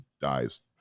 dies